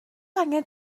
angen